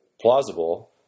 plausible